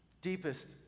deepest